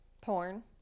Porn